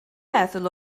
meddwl